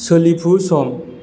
सोलिफु सम